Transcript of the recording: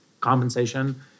compensation